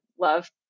love